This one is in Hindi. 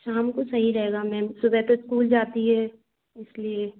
शाम को सही रहेगा मेम सुबह तो स्कूल जाती है इसलिए